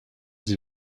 sie